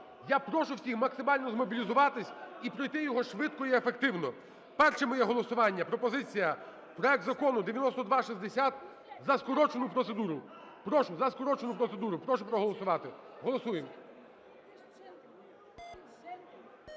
Я прошу всіх максимально змобілізуватися і пройти його швидко і ефективно. Перше моє голосування. Пропозиція: проект Закону 9260 – за скороченою процедурою. Прошу, за скорочену процедуру прошу проголосувати. Голосуємо.